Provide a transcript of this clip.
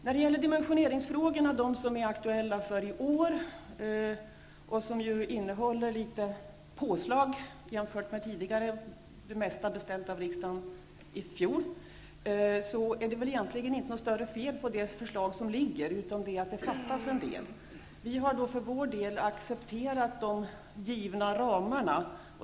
När det gäller de dimensioneringsfrågor som är aktuella i år -- där görs ett litet påslag jämfört med tidigare, det mesta beställt av riksdagen i fjol -- är det egentligen inte något större fel på det förslag som föreligger, utom att det fattas en del. Vi har för vår del accepterat de givna ramarna.